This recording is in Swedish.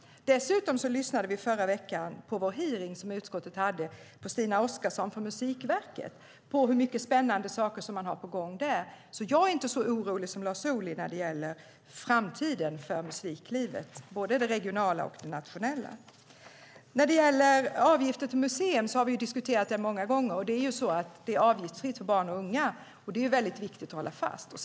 Dessutom lyssnade vi förra veckan i utskottets hearing på Stina Westerberg från Musikverket, som berättade om hur mycket spännande som var på gång där. Jag är inte så orolig som Lars Ohly när det gäller framtiden för musiklivet, både det regionala och det nationella. Detta med avgifter till museer har vi diskuterat många gånger. Det är ju avgiftsfritt för barn och unga, och det är väldigt viktigt att hålla fast vid.